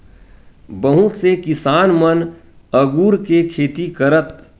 बहुत से किसान मन अगुर के खेती करथ